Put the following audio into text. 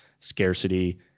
scarcity